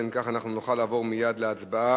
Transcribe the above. אז אם כך, אנחנו נוכל לעבור מייד להצבעה